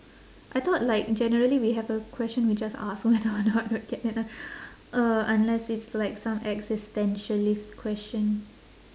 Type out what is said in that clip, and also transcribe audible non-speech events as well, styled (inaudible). I thought like generally we have a question we just ask whether or not we get an (laughs) unless it's like some existentialist question